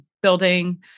Building